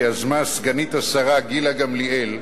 שיזמה סגנית השר גילה גמליאל,